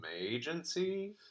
agency